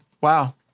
wow